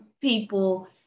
people